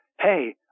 hey